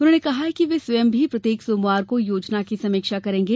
उन्होंने कहा कि वे स्वयं भी प्रत्येक सोमवार को योजना की समीक्षा करेंगे